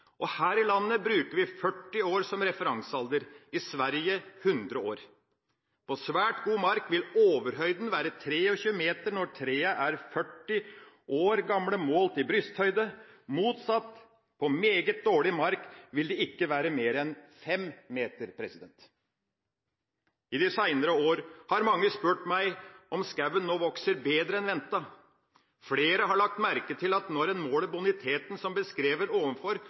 Her i landet bruker vi 40 år som referansealder, i Sverige 100 år. På svært god mark vil overhøyden være 23 meter når trærne er 40 år gamle, målt i brysthøyde. Motsatt, på meget dårlig mark, vil den ikke være mer enn 5 meter. I de senere år har mange spurt meg om skogen nå vokser bedre enn ventet. Flere har lagt merke til at når en måler boniteten, som beskrevet ovenfor,